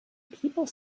people